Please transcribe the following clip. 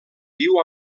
viu